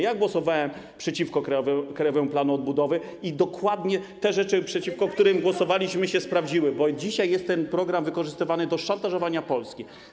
Ja głosowałem przeciwko Krajowemu Planowi Odbudowy - dokładnie te rzeczy, przeciwko którym głosowaliśmy, się sprawdziły, bo dzisiaj jest ten program wykorzystywany do szantażowania Polski.